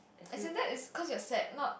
as in that is cause you are sad not